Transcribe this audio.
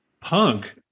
punk